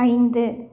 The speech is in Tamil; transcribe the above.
ஐந்து